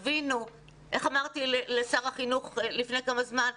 איך אמרתי לשר החינוך לפני כמה זמן?